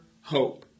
hope